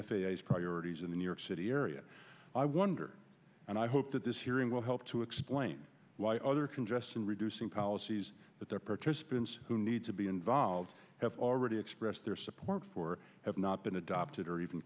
s priorities in the new york city area i wonder and i hope that this hearing will help to explain why other congestion reducing policies that their participants who need to be involved have already expressed their support for have not been adopted or even